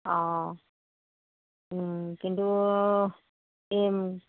অঁ কিন্তু